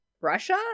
russia